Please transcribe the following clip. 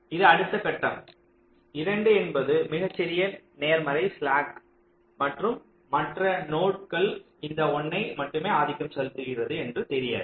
இது அடுத்த கட்டம் 2 என்பது மிகச்சிறிய நேர்மறை ஸ்லாக் மற்றும் மற்ற நோடுகள் இந்த 1 னை மட்டுமே ஆதிக்கம் செலுத்துகிறது என்று தெரியாது